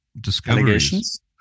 discoveries